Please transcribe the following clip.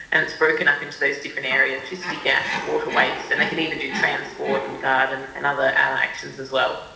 and it's broken up into these different areas, electricity, gas, water, waste, and they can even do transport and garden and other actions as well.